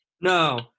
No